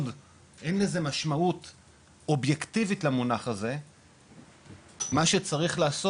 אין סיבה שלנו ייקח 4-5 שנים מה שהבריטים ידעו לעשות